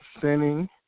sinning